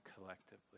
collectively